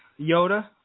Yoda